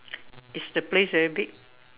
is the place very big